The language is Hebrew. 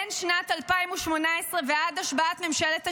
משנת 2018 ועד השבעת ממשלת השינוי,